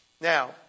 Now